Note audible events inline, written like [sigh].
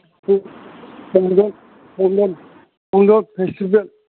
ꯎꯝ [unintelligible] festival